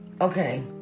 okay